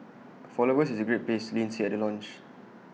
for lovers it's A great place Lin said at the launch